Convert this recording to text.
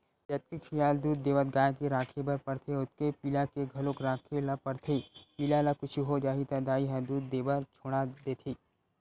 जतके खियाल दूद देवत गाय के राखे बर परथे ओतके पिला के घलोक राखे ल परथे पिला ल कुछु हो जाही त दाई ह दूद देबर छोड़ा देथे